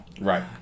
Right